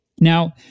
Now